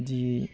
जि